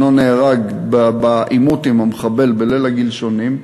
בנו, ניב, נהרג בעימות עם המחבל בליל הגלשונים.